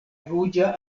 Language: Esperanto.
ruĝa